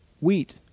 Wheat